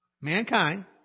mankind